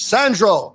Sandro